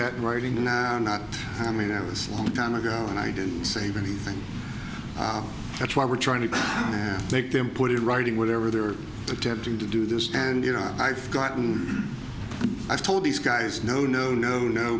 that writing and not coming out this long time ago and i didn't save anything that's why we're trying to make them put in writing whatever they're attempting to do this and you know i've gotten i've told these guys no no no no